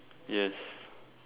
yes